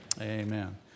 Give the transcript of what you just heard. Amen